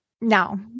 No